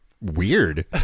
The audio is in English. weird